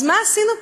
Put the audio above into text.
אז מה עשינו פה?